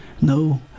No